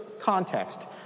context